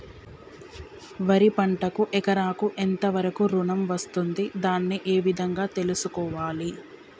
వరి పంటకు ఎకరాకు ఎంత వరకు ఋణం వస్తుంది దాన్ని ఏ విధంగా తెలుసుకోవాలి?